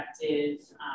effective